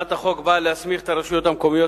הצעת החוק באה להסמיך את הרשויות המקומיות